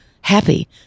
happy